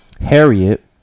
Harriet